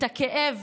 את הכאב